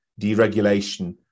deregulation